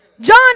John